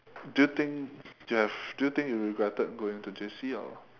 do you think you have do you think you regretted going to J_C or